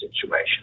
situation